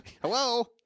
Hello